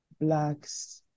blacks